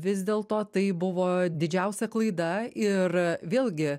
vis dėlto tai buvo didžiausia klaida ir vėlgi